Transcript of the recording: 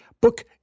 book